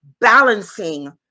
balancing